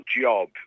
job